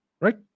Right